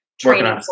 training